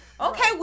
okay